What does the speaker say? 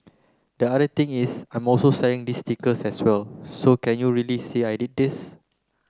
the other thing is I'm also selling these stickers as well so can you really say I did these